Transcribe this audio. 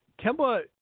Kemba